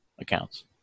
accounts